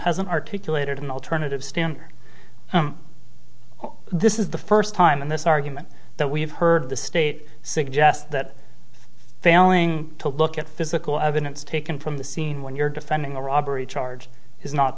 hasn't articulated in the alternative stand him well this is the first time in this argument that we've heard the state suggest that failing to look at physical evidence taken from the scene when you're defending a robbery charge is not